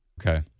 Okay